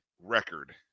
record